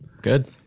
Good